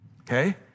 okay